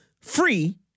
free